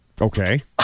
Okay